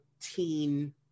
teen